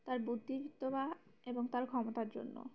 তার বুদ্ধি বা এবং তার ক্ষমতার জন্য